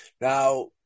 Now